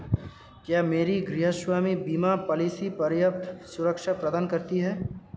क्या मेरी गृहस्वामी बीमा पॉलिसी पर्याप्त सुरक्षा प्रदान करती है?